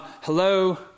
hello